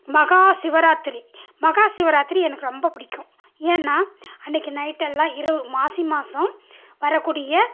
மஹாசிவராத்திரி மஹாசிவராத்திரி எனக்கு ரொம்ப பிடிக்கும் ஏன்னால் அன்றைக்கு நைட்டெல்லாம் இரவு மாசி மாசம் வரக்கூடிய